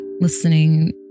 listening